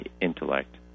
intellect